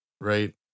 Right